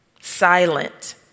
silent